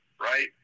right